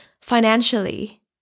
financially